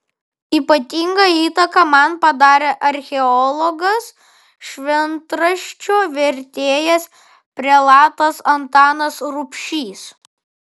ypatingą įtaką man padarė archeologas šventraščio vertėjas prelatas antanas rubšys